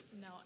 No